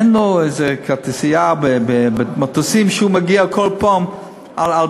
אין לו איזה כרטיסייה במטוסים שהוא מגיע בכל פעם בחינם?